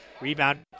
Rebound